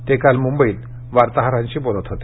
ते काल मूंबईत वार्ताहरांशी बोलत होते